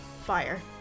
fire